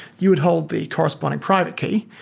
you would hold the corresponding private key,